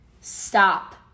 Stop